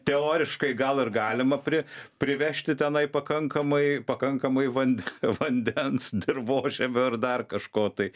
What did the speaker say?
teoriškai gal ir galima prie privežti tenai pakankamai pakankamai vande vandens dirvožemio ar dar kažko tai